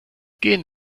gehen